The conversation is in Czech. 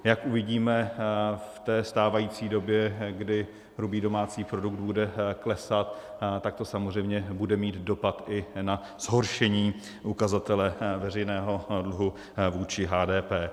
Jak uvidíme v té stávající době, kdy hrubý domácí produkt bude klesat, tak to samozřejmě bude mít dopad i na zhoršení ukazatele veřejného dluhu vůči HDP.